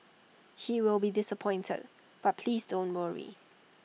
he will be disappointed but please don't worry